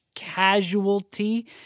casualty